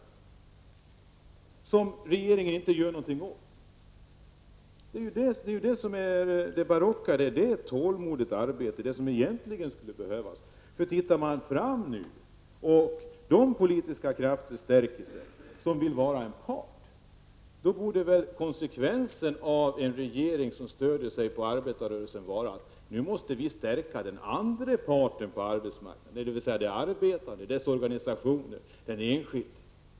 Detta gör regeringen inte någonting åt. Detta är ju barockt. Det är tålmodigt arbete som egentligen skulle behövas. Om man tittar framåt nu när de politiska krafter som vill vara en part stärker sig, borde konsekvensen för en regering som ställer sig bakom arbetarrörelsen vara att man nu måste stärka den andra parten på arbetsmarknaden, dvs. de arbetande och dess organisationer, den enskilde.